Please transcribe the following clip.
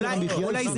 יוקר המחיה הפסיד.